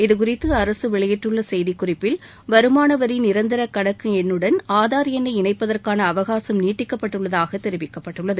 இதுகுறித்து அரசு வெளியிட்டுள்ள செய்திக்குறிப்பில் வருமான வரி நிரந்தர கணக்கு எண்ணுடன் ஆதார் எண்ணை இணைப்பதற்கான அவகாசம் நீட்டிக்கப்பட்டுள்ளதாக தெரிவிக்கப்பட்டுள்ளது